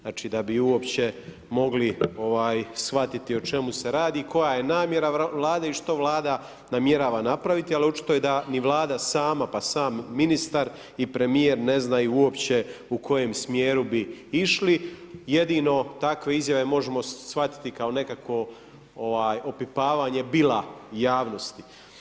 Znači, da bi uopće mogli shvatiti o čemu se radi, koja je namjera Vlade i što Vlada namjerava napraviti, ali očito je da ni Vlada sama, pa sam ministar i premijer ne znaju uopće u kojem smjeru bi išli, jedino takve izjave možemo shvatiti kao nekakvo opipavanje bila javnosti.